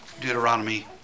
Deuteronomy